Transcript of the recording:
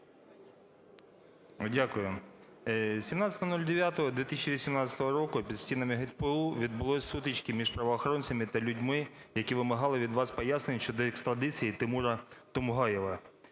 Дякую. 17.09.2018 року під стінками ГПУ відбулись сутички між правоохоронцями та людьми, які вимагали від вас пояснень щодо екстрадиції Тимура Тумгоєва.